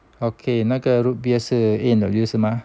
okay 那个 root beer 是 A and W 是吗